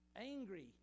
angry